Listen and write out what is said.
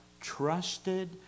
Trusted